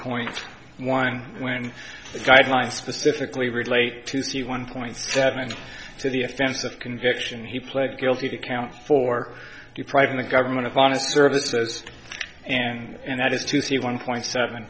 point one when the guidelines specifically relate to see one point seven to the offense of conviction he pled guilty to count for depriving the government of honest services and that is to see one point seven